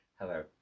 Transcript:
Hello